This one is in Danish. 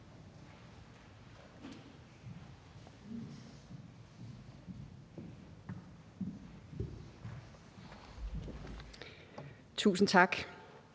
Tusind tak.